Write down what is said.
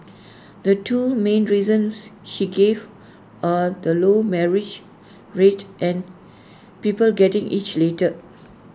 the two main reasons she gave are the low marriage rate and people getting hitched later